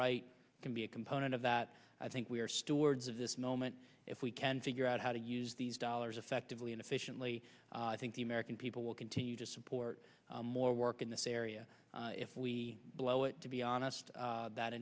right can be a component of that i think we are stewards of this moment if we can figure out how to use these dollars effectively and efficiently i think the american people will continue to support more work in this area if we blow it to be honest that